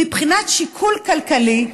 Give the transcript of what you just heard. מבחינת שיקול כלכלי,